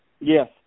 Yes